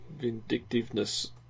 vindictiveness